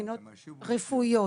מבחינות רפואיות.